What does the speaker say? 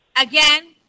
Again